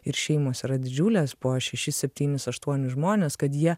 ir šeimos yra didžiulės po šešis septynis aštuonis žmones kad jie